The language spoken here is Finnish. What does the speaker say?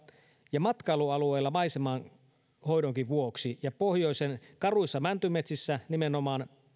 ja matkailualueilla maisemanhoidonkin vuoksi ja pohjoisen karuissa mäntymetsissä nimenomaan